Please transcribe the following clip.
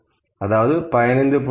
அதாவது 15